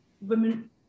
women